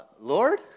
Lord